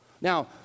Now